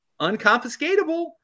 Unconfiscatable